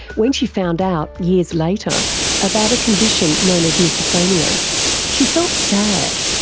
when she found out years later about a condition known as misophonia she felt sad,